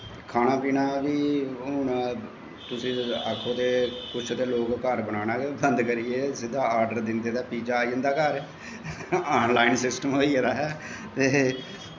खाना पीना बी हून तुस आखो ते कुछ ते लोग ते घर बनाना गै बंद करी गेदे सिद्धा आर्डर दिंदे ते पिज्जा आई जंदा घर आनलाइन सिस्टम होई गेदा ऐ ते